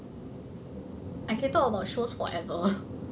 I can talk about shows forever